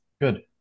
Good